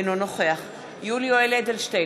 אינו נוכח יולי יואל אדלשטיין,